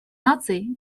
наций